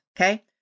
okay